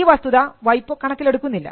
ഈ വസ്തുത വൈപോ കണക്കിലെടുക്കുന്നില്ല